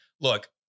look